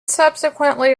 subsequently